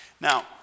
Now